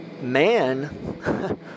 man